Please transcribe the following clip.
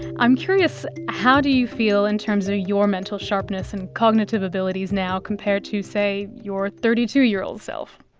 i'm curious, how do you feel in terms of ah your mental sharpness and cognitive abilities now compared to, say, your thirty two year old self?